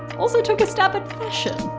also took a stab at fashion.